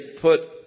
put